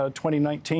2019